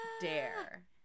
dare